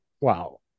wow